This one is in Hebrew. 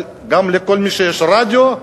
גם כל מי שיש לו רדיו,